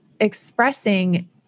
expressing